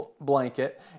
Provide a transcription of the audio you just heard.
blanket